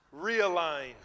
Realign